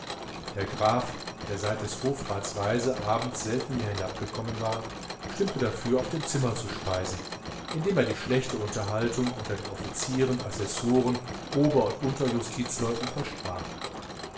der graf der seit des hofrats reise abends selten mehr hinabgekommen war stimmte dafür auf dem zimmer zu speisen indem er die schlechte unterhaltung unter den offizieren assessoren ober und unterjustizleuten versprach